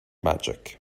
magic